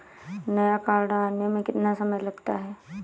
नया कार्ड आने में कितना समय लगता है?